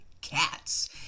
cats